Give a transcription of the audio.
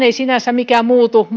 ei sinänsä mikään muutu mutta